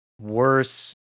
worse